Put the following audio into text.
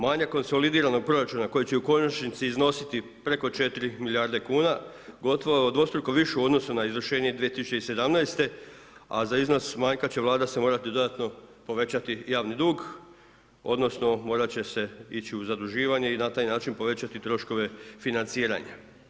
Manjak konsolidiranog proračuna koji će u konačnici iznositi preko 4 milijarde kuna, gotovo dvostruko više u odnosu na izvršenje 2017.-te, a za iznos manjka će Vlada se morati dodatno povećati javni dug odnosno morati će se ići u zaduživanje i na taj način povećati troškove financiranja.